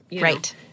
Right